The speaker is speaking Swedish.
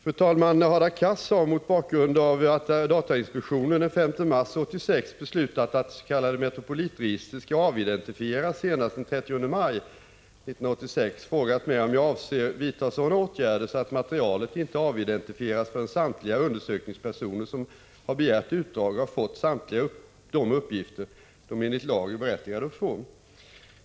Fru talman! Hadar Cars har — mot bakgrund av att datainspektionen den 5 mars 1986 beslutat att det s.k. Metropolitregistret skall avidentifieras senast den 30 maj 1986— frågat mig om jag avser vidta sådana åtgärder att materialet inte avidentifieras förrän samtliga undersökningspersoner som har begärt utdrag har fått samtliga de uppgifter de enligt lag är berättigade att få.